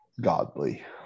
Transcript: godly